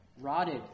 rotted